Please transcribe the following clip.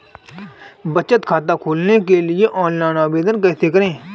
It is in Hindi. बचत खाता खोलने के लिए ऑनलाइन आवेदन कैसे करें?